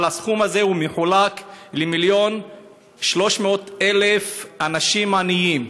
אבל הסכום הזה מחולק למיליון ו-300,000 אנשים עניים.